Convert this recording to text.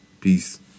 peace